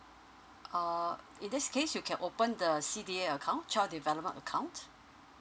uh in this case you can open the C_D_A account child development account